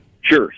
Sure